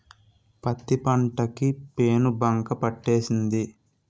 పత్తి పంట కి పేనుబంక పట్టేసింది